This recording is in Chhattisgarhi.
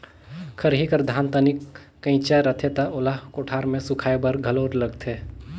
खरही कर धान तनिक कइंचा रथे त ओला कोठार मे सुखाए बर घलो लगथे